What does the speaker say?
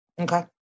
Okay